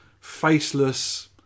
faceless